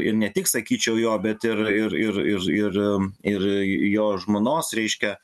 ir ne tik sakyčiau jo bet ir ir ir ir ir ir jo žmonos reiškia